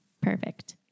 Perfect